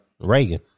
Reagan